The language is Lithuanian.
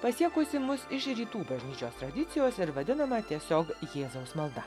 pasiekusį mus iš rytų bažnyčios tradicijos ir vadinamą tiesiog jėzaus malda